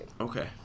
Okay